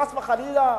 חס וחלילה,